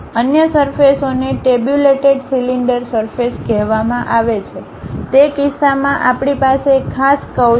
અન્ય સરફેસ ઓને tabulated cylinder surface કહેવામાં આવે છે તે કિસ્સામાં આપણી પાસે એક ખાસ કર્વ્સ છે